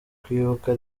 kwibuka